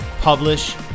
Publish